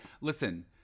Listen